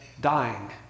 dying